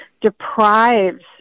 deprives